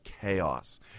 chaos